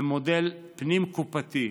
במודל פנים-קופתי,